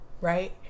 Right